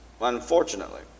unfortunately